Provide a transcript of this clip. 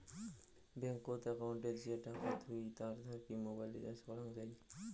ব্যাঙ্কত একউন্টে যে টাকা থুই তার থাকি মোবাইল রিচার্জ করং যাই